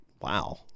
Wow